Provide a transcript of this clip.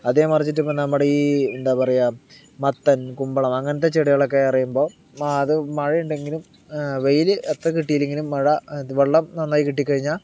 അതെ മറിചിട്ടിപ്പോൽ നമ്മടെ ഈ എന്താപറയാ മത്തൻ കുമ്പളം അങ്ങനത്തെ ചെടികളൊക്കേ പറയുമ്പോൾ അത് മഴയുണ്ടെങ്കിലും വെയില് എത്ര കിട്ടീലെങ്കിലും മഴ വെള്ളം നന്നായി കിട്ടിക്കഴിഞ്ഞാൽ